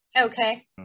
Okay